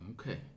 Okay